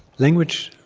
language,